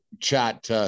chat